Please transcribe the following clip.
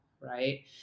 right